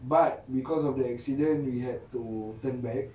but because of the accident we had to turn back